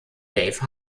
dave